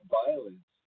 violence